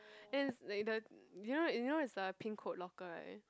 it's like the you know you know it's the pink code locker right